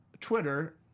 Twitter